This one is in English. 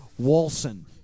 Walson